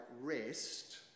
rest